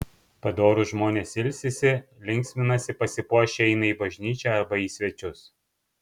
padorūs žmonės ilsisi linksminasi pasipuošę eina į bažnyčią arba į svečius